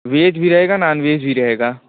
veg भी रहेगा non veg भी रहेगा